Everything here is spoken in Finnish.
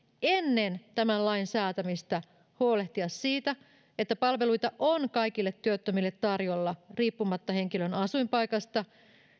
ennen tämän lain säätämistä huolehtia siitä että palveluita on kaikille työttömille tarjolla riippumatta henkilön asuinpaikasta